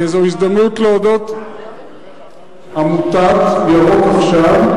זו הזדמנות להודות, עמותת "ירוק עכשיו",